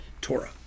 Torah